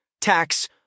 tax